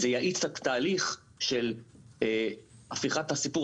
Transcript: זה יאיץ את התהליך של הפיכת הסיפור